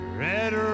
red